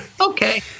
Okay